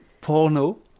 Porno